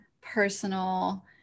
personal